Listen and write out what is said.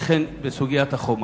וכן את סוגיית החומה.